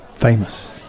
famous